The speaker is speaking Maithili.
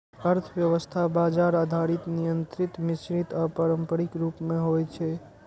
अर्थव्यवस्था बाजार आधारित, नियंत्रित, मिश्रित आ पारंपरिक रूप मे होइ छै